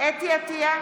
חוה אתי עטייה,